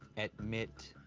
admit